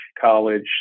college